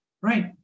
Right